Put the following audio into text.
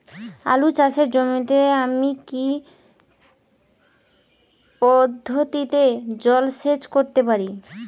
আলু চাষে জমিতে আমি কী পদ্ধতিতে জলসেচ করতে পারি?